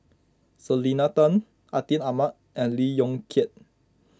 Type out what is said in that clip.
Selena Tan Atin Amat and Lee Yong Kiat